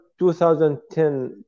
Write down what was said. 2010